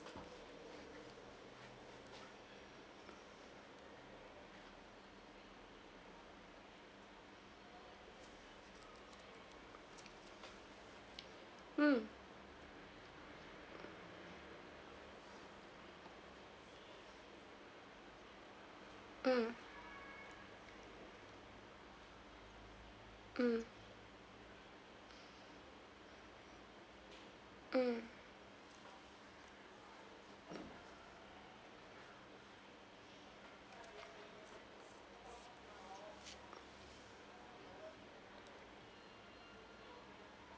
mm mm mm mm